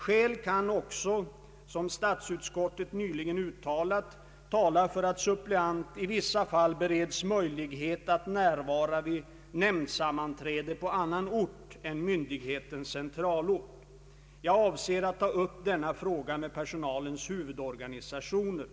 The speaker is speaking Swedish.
Skäl kan också — som statsutskottet nyligen uttalat — tala för att suppleant i vissa fall bereds möjlighet att närvara vid nämndsammanträde på annan ort än myndighetens centralort. Jag avser att ta upp denna fråga med personalens huvudorganisationer.